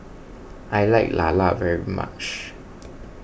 I like Lala very much